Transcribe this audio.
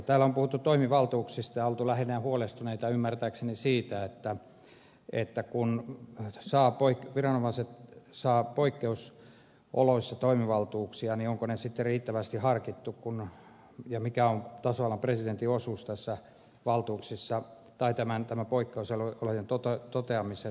täällä on puhuttu toimivaltuuksista ja oltu lähinnä huolestuneita ymmärtääkseni siitä että kun viranomaiset saavat poikkeusoloissa toimivaltuuksia onko niitä riittävästi harkittu ja mikä on tasavallan presidentin osuus näissä valtuuksissa tai poikkeusolojen toteamisessa